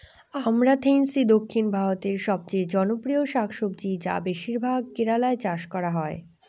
আমরান্থেইসি দক্ষিণ ভারতের সবচেয়ে জনপ্রিয় শাকসবজি যা বেশিরভাগ কেরালায় চাষ করা হয়